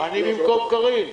אני במקום קארין.